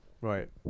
Right